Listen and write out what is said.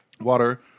water